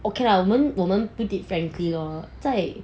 okay lah 我们我们 put it frankly lor 在